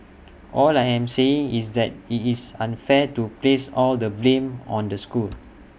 all I am saying is that IT is unfair to place all the blame on the school